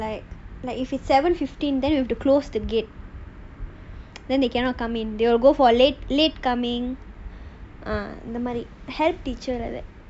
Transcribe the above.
oh we got we got some duty is like morning ah when they are coming to class right or like like if it's seven fifteen then we have to close the gate then they cannot come in they will go for late late coming normally ah help teacher like that